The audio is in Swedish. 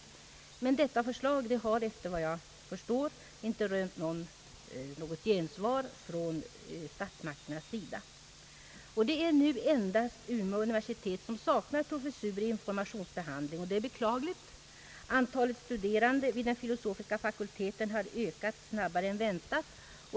Men detta förslag har efter vad jag förstår inte rönt något gensvar från statsmakterna. Det är nu endast Umeå universitet som saknar professur i informationsbehandling. Det är beklagligt. Antalet studerande vid den filosofiska fakulteten har ökat snabbare än väntat.